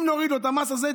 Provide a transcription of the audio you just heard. אם נוריד לו את המס הזה,